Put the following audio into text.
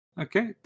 Okay